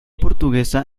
portuguesa